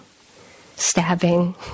stabbing